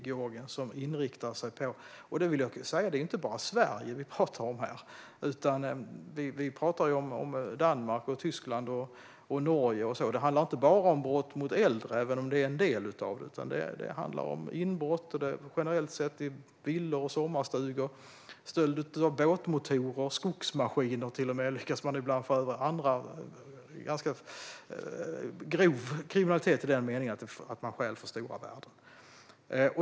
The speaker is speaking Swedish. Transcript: De inriktar sig inte bara på Sverige utan även på till exempel Danmark, Tyskland och Norge. Det handlar inte heller bara om brott mot äldre, även om det är en del av det. Det handlar om inbrott i villor och sommarstugor. Det handlar om stölder av båtmotorer. Ibland lyckas man till och med få med sig skogsmaskiner. Det är ganska grov kriminalitet i den meningen att man stjäl för stora värden.